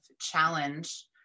challenge